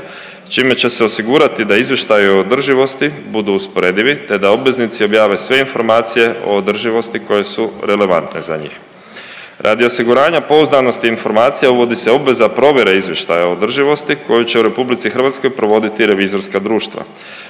čime će se osigurati da izvještaji o održivosti budu usporedivi te da obveznici objave sve informacije o održivosti koje su relevantne za njih. Radi osiguranja pouzdanosti informacija, uvodi se obveza provjere izvještaja o održivosti koje će u RH provoditi revizorska društva.